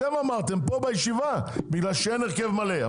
אתם אמרתם פה בישיבה, בגלל שאין הרכב מלא.